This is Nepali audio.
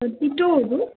थर्टी टुहरू